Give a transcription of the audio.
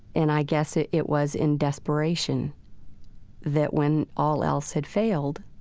and i guess it it was in desperation that when all else had failed,